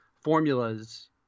formulas